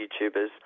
YouTubers